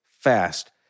fast